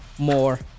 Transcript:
more